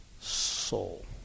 soul